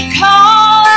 call